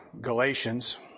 Galatians